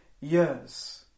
years